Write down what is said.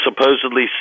supposedly